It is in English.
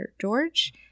George